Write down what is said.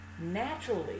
naturally